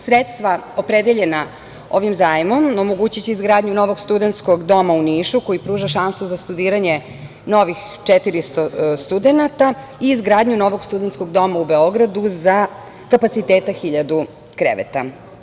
Sredstva opredeljena ovim zajmom omogućiće izgradnju novog studentskog doma u Nišu koji pruža šansu za studiranje novih 400 studenata i izgradnju novog studentskog doma u Beogradu za kapacitet 1.000 kreveta.